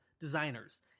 designers